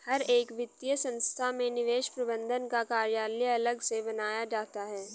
हर एक वित्तीय संस्था में निवेश प्रबन्धन का कार्यालय अलग से बनाया जाता है